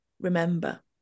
remember